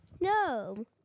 No